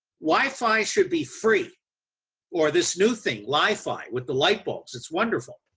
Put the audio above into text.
wifi should be free or this new thing lifi with the light bulbs, it's wonderful.